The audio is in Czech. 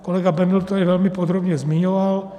Kolega Bendl to tady velmi podrobně zmiňoval.